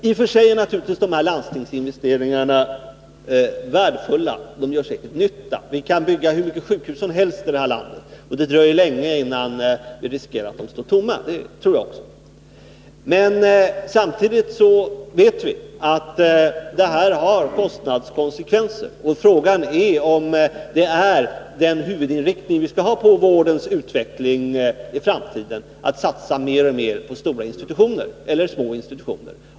I och för sig är naturligtvis landstingsinvesteringarna värdefulla — de gör säkert nytta. Vi kan bygga hur mycket sjukhus som helst i det här landet, och det dröjer länge innan vi riskerar att de står tomma. Det tror jag också. Men samtidigt vet vi att det här får kostnadskonsekvenser, och frågan är om detta är den huvudinriktning vi skall ha när det gäller vårdens utveckling i framtiden — att satsa mer och mer på stora institutioner, eller små institutioner.